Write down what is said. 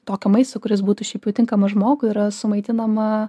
tokio maisto kuris būtų šiaip jau tinkamas žmogui yra sumaitinama